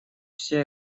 все